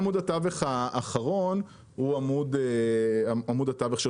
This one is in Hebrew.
עמוד התווך האחרון הוא עמוד התווך של